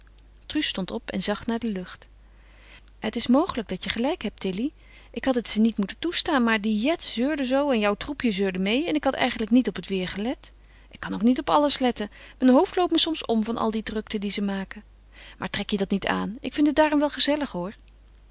truus stond op en zag naar de lucht het is mogelijk dat je gelijk hebt tilly ik had het ze niet moeten toestaan maar die jet zeurde zoo en jouw troepje zeurde meê en ik had eigenlijk niet op het weêr gelet ik kan ook niet op alles letten mijn hoofd loopt me soms om van al die drukte die ze maken maar trek je dat niet aan ik vind het daarom wel gezellig hoor